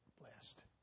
blessed